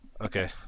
Okay